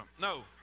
No